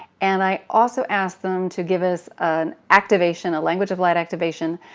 and i also asked them to give us an activation, a language of light activation,